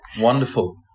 wonderful